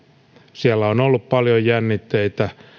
siellä on ollut paljon jännitteitä